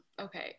Okay